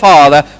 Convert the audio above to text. Father